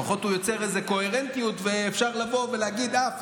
לפחות הוא יוצר איזו קוהרנטיות ואפשר לבוא ולהגיד: אה,